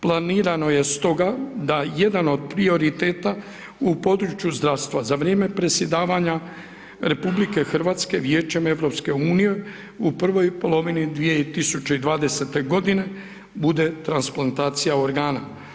Planirano je stoga da jedan od prioriteta u području zdravstva, za vrijeme predsjedavanja RH Vijećem EU u prvoj polovini 2020.g. bude transplantacija organa.